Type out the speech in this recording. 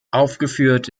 aufgeführt